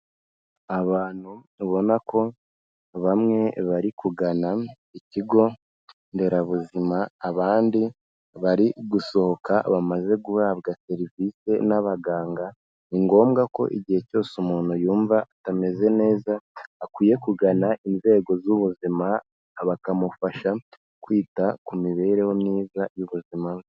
Abantu babona ko bamwe bari kugana ikigo nderabuzima, abandi bari gusohoka bamaze guhabwa serivise n'abaganga, ni ngombwa ko igihe cyose umuntu yumva atameze neza akwiye kugana inzego z'ubuzima, bakamufasha kwita ku mibereho myiza y'ubuzima bwe.